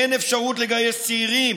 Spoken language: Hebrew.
אין אפשרות לגייס צעירים